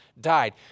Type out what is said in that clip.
died